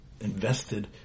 invested